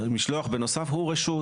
שהמשלוח בנוסף הוא רשות.